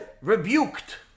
rebuked